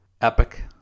Epic